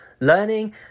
learning